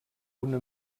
una